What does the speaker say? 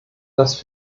das